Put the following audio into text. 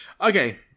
Okay